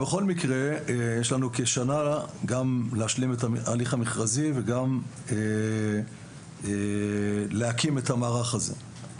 בכל מקרה יש לנו כשנה להשלים את ההליך המכרזי וגם להקים את המערך הזה.